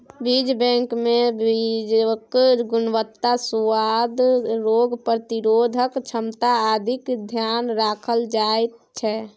बीज बैंकमे बीजक गुणवत्ता, सुआद, रोग प्रतिरोधक क्षमता आदिक ध्यान राखल जाइत छै